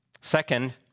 Second